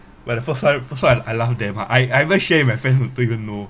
but of first one first one I laugh damn hard I I even share with my friend who don't even know